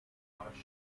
dynasty